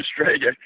Australia